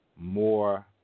more